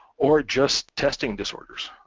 or just testing disorders,